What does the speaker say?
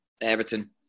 Everton